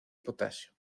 potasio